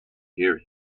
hear